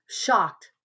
shocked